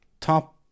top